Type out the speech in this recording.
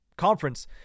conference